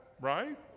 right